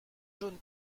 jaune